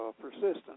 persistence